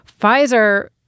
Pfizer